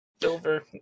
Silver